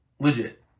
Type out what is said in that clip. Legit